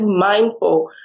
mindful